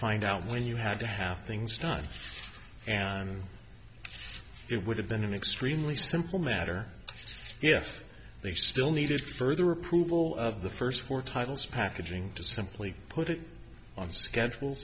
find out when you had to have things done and it would have been an extremely simple matter if they still needed further approval of the first four titles packaging to simply put it on schedule